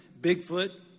Bigfoot